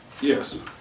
Yes